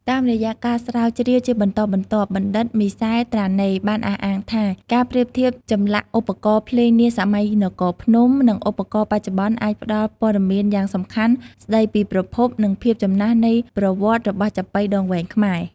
តាមរយៈការស្រាវជ្រាវជាបន្តបន្ទាប់ បណ្ឌិតមីសែល ត្រាណេ បានអះអាងថា ការប្រៀបធៀបចម្លាក់ឧបករណ៍ភ្លេងនាសម័យនគរភ្នំ និងឧបករណ៍បច្ចុប្បន្ន អាចផ្តល់ព័ត៌មានយ៉ាងសំខាន់ស្តីពីប្រភព និងភាពចំណាស់នៃប្រវត្តិរបស់ចាប៉ីដងវែងខ្មែរ។